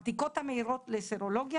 הבדיקות המהירות לסרולוגיה,